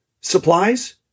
supplies